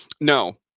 No